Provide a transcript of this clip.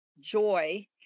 joy